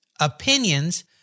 opinions